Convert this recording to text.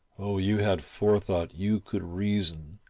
oh you had forethought, you could reason,